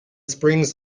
springs